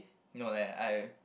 no that I